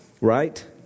Right